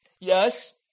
Yes